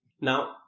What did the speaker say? Now